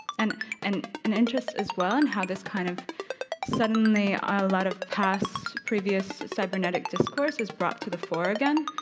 and and an interest as well in how this kind of suddenly a lot of past previous cybernetic discourse is brought to the fore again.